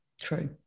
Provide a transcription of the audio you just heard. true